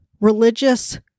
religious